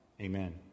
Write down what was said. Amen